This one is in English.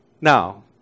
Now